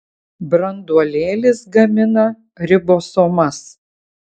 branduolėlis gamina ribosomas